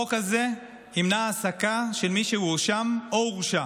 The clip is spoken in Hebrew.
החוק הזה ימנע העסקה של מי שהואשם או הורשע